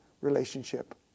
relationship